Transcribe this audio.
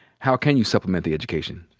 how can you supplement the education?